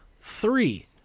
three